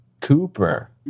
Cooper